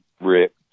Rick